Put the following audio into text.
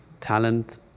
talent